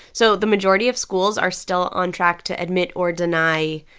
so the majority of schools are still on track to admit or deny